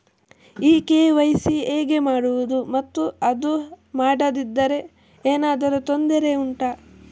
ಈ ಕೆ.ವೈ.ಸಿ ಹೇಗೆ ಮಾಡುವುದು ಮತ್ತು ಅದು ಮಾಡದಿದ್ದರೆ ಏನಾದರೂ ತೊಂದರೆ ಉಂಟಾ